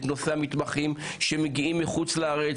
את נושא המתמחים שמגיעים מחוץ-לארץ